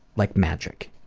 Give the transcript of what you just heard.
like magic.